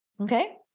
Okay